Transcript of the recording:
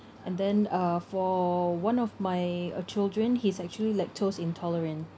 and then uh for one of my uh children he's actually lactose intolerant